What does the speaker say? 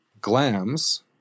GLAMs